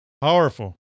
Powerful